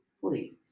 Please